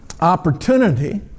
opportunity